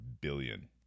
billion